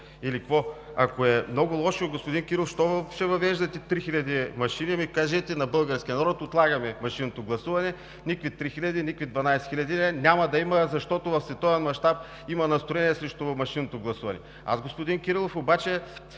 Ако е много лошо, господин Кирилов, защо ще въвеждате 3000 машини? Кажете на българския народ: отлагаме машинното гласуване – никакви 3000, никакви 12 000 няма да има, защото в световен мащаб има настроения срещу машинното гласуване. Господин Кирилов, първо,